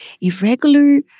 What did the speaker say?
irregular